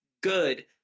good